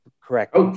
correct